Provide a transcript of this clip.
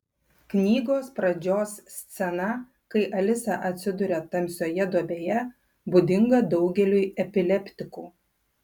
knygos pradžios scena kai alisa atsiduria tamsioje duobėje būdinga daugeliui epileptikų